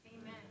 Amen